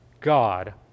God